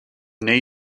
knee